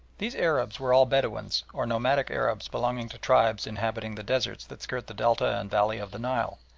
these arabs were all bedouins, or nomadic arabs belonging to tribes inhabiting the deserts that skirt the delta and valley of the nile,